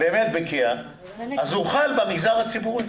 הוא חל במגזר הציבורי.